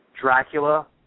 Dracula